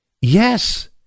Yes